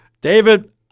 David